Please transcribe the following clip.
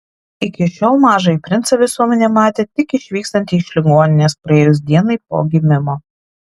iki šiol mažąjį princą visuomenė matė tik išvykstantį iš ligoninės praėjus dienai po gimimo